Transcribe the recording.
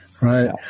right